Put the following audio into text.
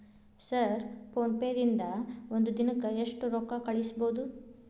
Sir PhonePe ದಿಂದ ಒಂದು ದಿನಕ್ಕೆ ಎಷ್ಟು ರೊಕ್ಕಾ ಕಳಿಸಬಹುದು?